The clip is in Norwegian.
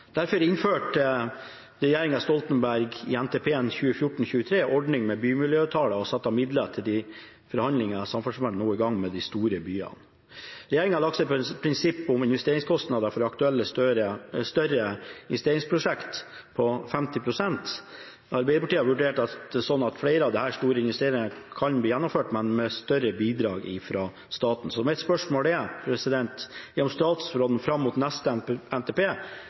Derfor innførte regjeringen Stoltenberg i NTP 2014–2023 en ordning med bymiljøavtaler og satte av midler til de forhandlingene som Samferdselsdepartementet nå er i gang med i de store byene. Regjeringen har lagt seg på et prinsipp om investeringskostnader for aktuelle større investeringsprosjekter på 50 pst. Arbeiderpartiet har vurdert det slik at flere av disse store investeringene kan bli gjennomført, men med større bidrag fra staten. Mitt spørsmål er: Vil statsråden fram mot neste NTP